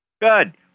Good